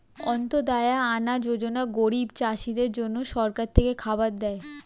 অন্ত্যদায়া আনা যোজনা গরিব চাষীদের জন্য সরকার থেকে খাবার দেয়